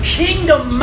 kingdom